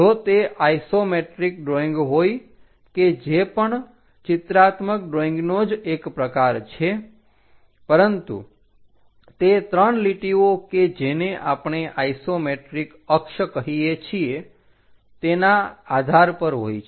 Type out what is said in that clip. જો તે isometric drawing હોય કે જે પણ ચિત્રાત્મક ડ્રોઈંગનો જ એક પ્રકાર છે પરંતુ તે 3 લીટીઓ કે જેને આપણે આઇસોમેટ્રિક અક્ષ કહીએ છીએ તેના આધાર પર હોય છે